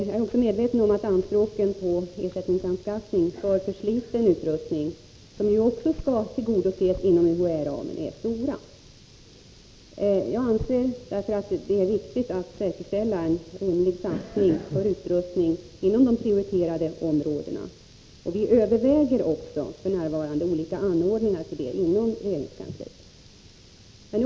Jag är också medveten om att anspråken på anskaffning för ersättning av försliten utrustning, som ju också skall tillgodoses inom UHÄ-ramen, är stora. Det är därför viktigt att säkerställa en rimlig satsning för utrustning inom de prioriterade områdena. Inom regeringskansliet överväger vi f. n. olika anordningar för att kunna göra det.